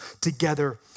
together